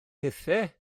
hithau